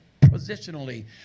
positionally